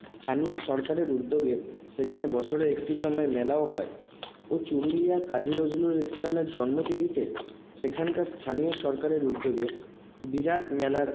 স্থানীয় সরকারের উদ্যোগে সেখানে বছরে একটি সময় মেলাও হয় ও চুরুলিয়ায় কাজী নজরুল ইসলামের জন্মতিথিতে সেখানকার স্থানীয় সরকারের উদ্যোগে বিরাট মেলার